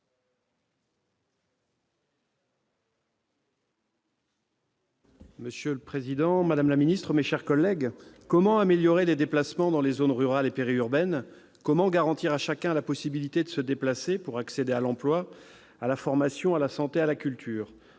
Monsieur le président, madame la ministre, mes chers collègues, comment améliorer les déplacements dans les zones rurales et périurbaines ? Comment garantir à chacun la possibilité de se déplacer pour accéder à l'emploi, à la formation, à la santé, à la culture ?